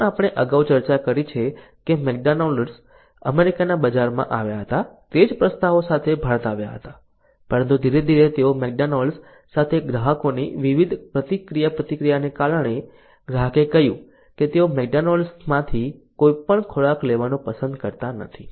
જેમ આપણે અગાઉ ચર્ચા કરી છે કે મેકડોનાલ્ડ્સ અમેરિકાના બજારમાં આવ્યા હતા તે જ પ્રસ્તાવો સાથે ભારત આવ્યા હતા પરંતુ ધીરે ધીરે તેઓ મેકડોનાલ્ડ્સ સાથે ગ્રાહકોની વિવિધ ક્રિયાપ્રતિક્રિયાને કારણે ગ્રાહકે કહ્યું કે તેઓ મેકડોનાલ્ડ્સમાંથી કોઈપણ ખોરાક લેવાનું પસંદ કરતા નથી